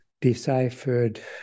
deciphered